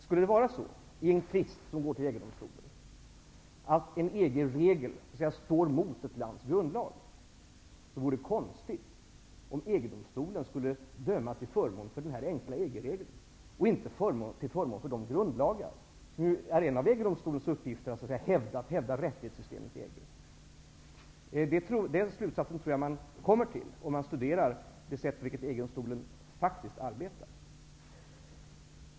Skulle det vid en tvist som går vidare till EG-domstolen vara så, att en EG-regel så att säga står mot ett lands grundlag, vore det konstigt om EG-domstolen skulle döma till förmån för den här enkla EG-regeln och inte till förmån för de grundlagar som det är en av EG-domstolens uppgifter att hävda i fråga om rättighetssystemet i Den slutsatsen tror jag att man drar, om man studerar det sätt på vilket EG-domstolen faktiskt arbetar.